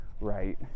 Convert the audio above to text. right